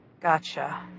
Gotcha